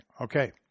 Okay